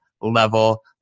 Level